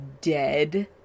dead